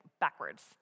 backwards